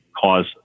cause